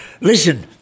Listen